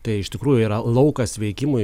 tai iš tikrųjų yra laukas veikimui